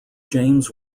james